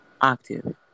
octave